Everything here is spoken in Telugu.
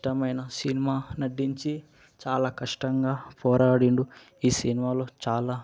ఇష్టమైన సినిమా నటించి చాలా కష్టంగా పోరాడాడు ఈ సినిమాలో చాలా